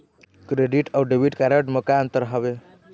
Credit अऊ debit card म का अंतर हावे?